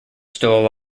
still